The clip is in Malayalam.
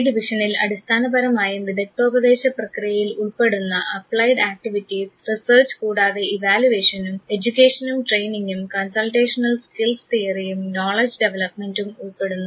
ഈ ഡിവിഷനിൽ അടിസ്ഥാനപരമായും വിദഗ്ധോപദേശ പ്രക്രിയയിൽ ഉൾപ്പെടുന്ന അപ്ലൈഡ് ആക്ടിവിറ്റീസ് റിസേർച്ച് കൂടാതെ ഇവാലുവേഷനും എഡ്യൂക്കേഷനും ട്രെയിനിങ്ങും കൺസൾട്ടേഷണൽ സ്കിൽസ് തിയറിയും നോളജ് ഡെവലപ്മെൻറും ഉൾപ്പെടുന്നു